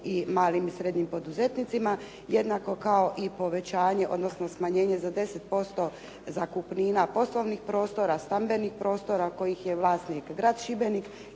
i malim i srednjim poduzetnicima jednako kao i povećanje odnosno smanjenje za 10% zakupnina poslovnih prostora, stambenih prostora kojih je vlasnik grad Šibenik